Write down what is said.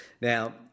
Now